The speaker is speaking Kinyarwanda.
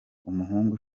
umuhungu